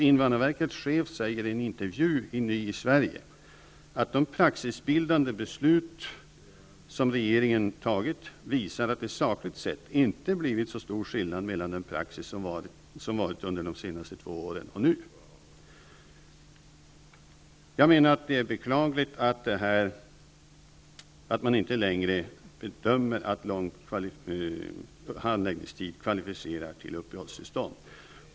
Invandrarverkets chef säger i en intervju i Ny i Sverige att de praxisbildande beslut som regeringen fattat visar att det sakligt sett inte blivit så stor skillnad mellan den praxis som varit under de senaste två åren och nu. Det är beklagligt att man inte längre bedömer att lång handläggningstid kvalificerar till uppehållstillstånd.